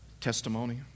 testimony